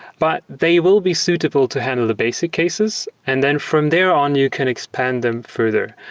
but they will be suitable to handle the basic cases. and then from there on, you can expand them further,